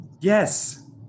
Yes